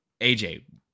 AJ